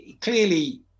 clearly